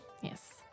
Yes